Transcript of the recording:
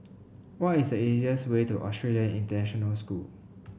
what is the easiest way to Australian International School